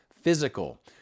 physical